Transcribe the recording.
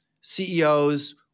CEOs